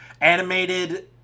animated